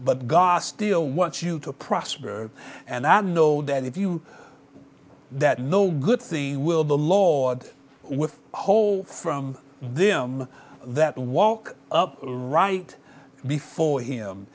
but god still wants you to prosper and i know that if you that no good thing will the law with the whole from them that walk up right before him